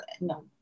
no